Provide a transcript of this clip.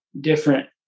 different